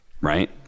right